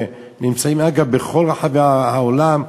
שנמצאות אגב בכל רחבי העולם,